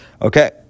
Okay